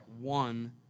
one